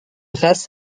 race